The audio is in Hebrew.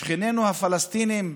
שכנינו הפלסטינים,